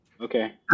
okay